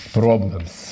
problems